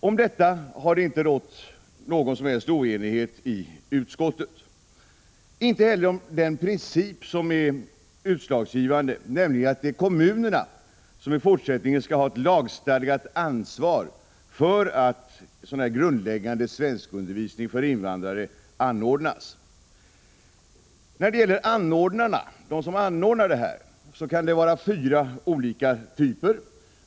Om detta har det inte rått någon som helst oenighet i utskottet, inte heller om den princip som är utslagsgivande, nämligen att det är kommunerna som i fortsättningen skall ha ett lagstadgat ansvar för att grundläggande svenskundervisning för invandrare anordnas. Anordnare kan vara av fyra olika typer.